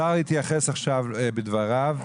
השר יתייחס עכשיו בדבריו,